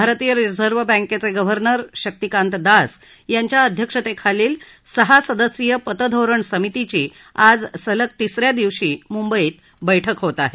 भारतीय रिझर्व्हं बँकेचे गव्हर्नर शक्तिकांत दास यांच्या अध्यक्षतेखालील सहा सदस्यीय पतधोरण समितीची आज सलग तिस या दिवशी मुंबईत बैठक होत आहे